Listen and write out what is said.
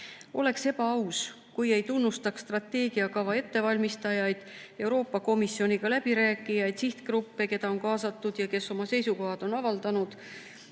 Oleks ebaaus, kui ei tunnustaks strateegiakava ettevalmistajaid, Euroopa Komisjoniga läbirääkijaid, sihtgruppe, keda on kaasatud ja kes oma seisukohad on avaldanud.